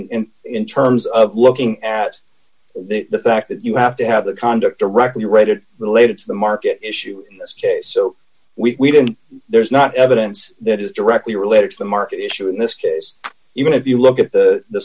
in terms of looking at the fact that you have to have the conduct directly related related to the market issue in this case so we there's not evidence that is directly related to the market issue in this case even if you look at the